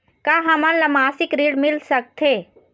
का हमन ला मासिक ऋण मिल सकथे?